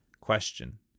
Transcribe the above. Question